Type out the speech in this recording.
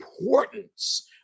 importance